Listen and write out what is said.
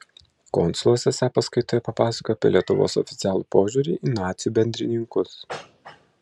konsulas esą paskaitoje papasakojo apie lietuvos oficialų požiūrį į nacių bendrininkus